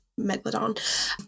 Megalodon